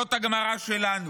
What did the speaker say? זאת הגמרא שלנו.